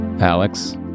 Alex